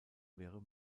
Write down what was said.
wäre